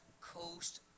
coast